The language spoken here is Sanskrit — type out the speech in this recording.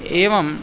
एवम्